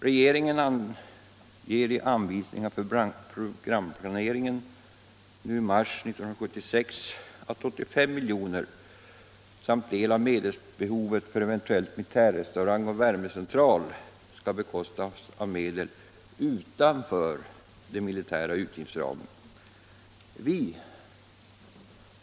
Regeringen anger i anvisningar för programplanering den 11 mars 1976 att 85 milj.kr. samt del av medelsbehovet för eventuell militärrestaurang och värmecentral skall bekostas av medel utanför den militära utgiftsramen.